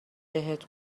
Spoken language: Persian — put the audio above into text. بهت